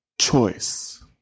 choice